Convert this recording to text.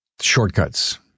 shortcuts